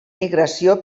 migració